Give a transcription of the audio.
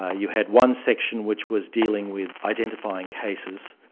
ah you had one section which was dealing with identifying cases,